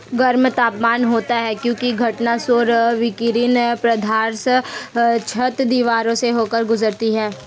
गर्म तापमान होता है क्योंकि घटना सौर विकिरण पारदर्शी छत, दीवारों से होकर गुजरती है